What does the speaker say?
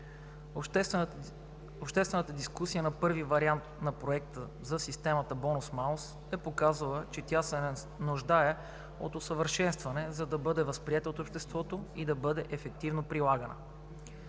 Обществената дискусия на първия вариант на проекта за система „бонус-малус“ е показала, че тя се нуждае от усъвършенстване, за да бъде възприета от обществото и да бъде ефективно прилагана.